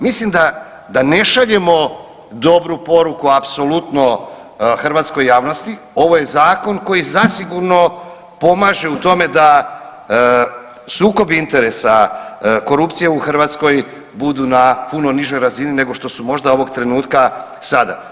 Mislim da ne šaljemo dobru poruku apsolutno hrvatskoj javnosti, ovo je zakon koji zasigurno pomaže u tome da sukob interesa, korupcija u Hrvatskoj budu na puno nižoj razni nego što su možda ovog trenutka sada.